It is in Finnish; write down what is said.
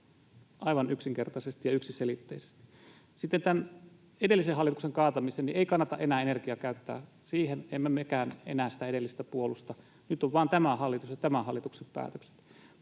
aivan yksinkertaisesti ja yksiselitteisesti. Sitten tämän edellisen hallituksen kaatamiseen ei kannata enää käyttää energiaa. Emme mekään enää sitä edellistä puolusta. Nyt on vain tämä hallitus ja tämän hallituksen päätökset.